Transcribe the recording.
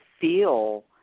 feel